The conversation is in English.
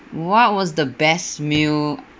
what was the best meal